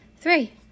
Three